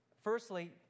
Firstly